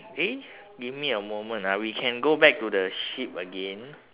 eh give me a moment ah we can go back to the sheep again